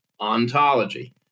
ontology